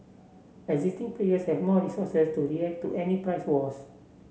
existing players have more resources to react to any price wars